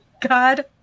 God